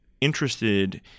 interested